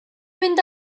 fynd